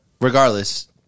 regardless